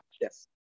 yes